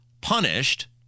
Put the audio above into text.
punished